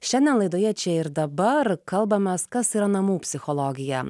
šiandien laidoje čia ir dabar kalbamės kas yra namų psichologija